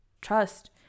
trust